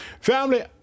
family